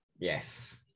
Yes